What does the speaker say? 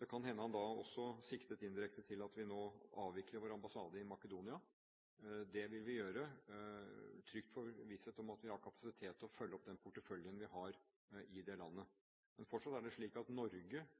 Det kan hende han da også indirekte siktet til at vi nå avvikler vår ambassade i Makedonia. Det vil vi gjøre i trygg visshet om at vi har kapasitet til å følge opp den porteføljen vi har i det landet. Fortsatt er det slik at Norge,